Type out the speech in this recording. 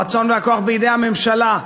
הרצון והכוח בידי הממשלה.